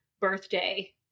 birthday